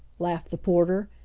laughed the porter.